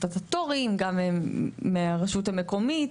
הסטטוטוריים, גם מהרשות המקומית.